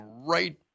right